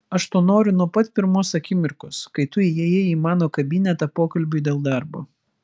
aš to noriu nuo pat pirmos akimirkos kai tu įėjai į mano kabinetą pokalbiui dėl darbo